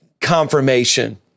confirmation